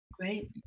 Great